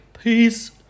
Peace